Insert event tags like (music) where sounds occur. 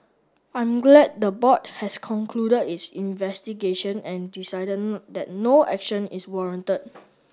I'm glad the board has concluded its investigation and decided (unintelligible) that no action is warranted